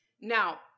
Now